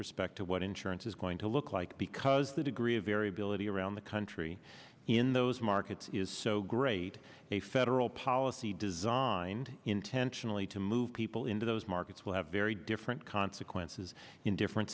respect to what insurance is going to look like because the degree of variability around the country in those markets is so great a federal policy designed intentionally to move people into those markets will have very different consequences in different